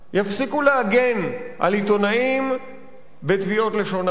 יפסיקו להגן על עיתונאים בתביעות לשון הרע.